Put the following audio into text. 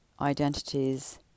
identities